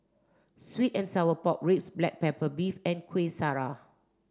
sweet and sour pork ribs black pepper beef and Kueh Syara